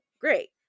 great